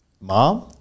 Mom